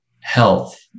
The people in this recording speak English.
health